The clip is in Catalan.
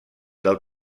del